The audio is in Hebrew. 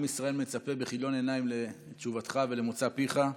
עם ישראל מצפה בכיליון עיניים לתשובתך ולמוצא פיך.